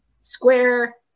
square